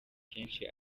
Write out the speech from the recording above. kenshi